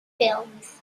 films